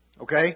Okay